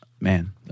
man